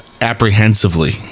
apprehensively